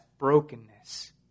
brokenness